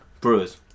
Brewers